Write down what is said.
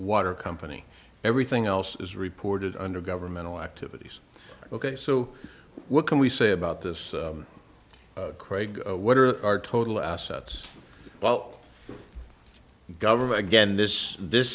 water company everything else is reported under governmental activities ok so what can we say about this craig what are our total assets well government again this this